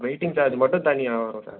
waiting charge மட்டும் தனியாக வரும் சார்